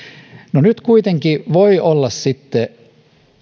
no nyt kuitenkin voi olla sitten